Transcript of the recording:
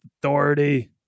authority